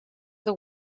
the